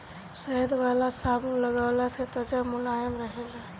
शहद वाला साबुन लगवला से त्वचा मुलायम रहेला